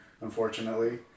unfortunately